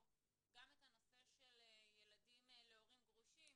גם את הנושא של ילדים להורים גרושים.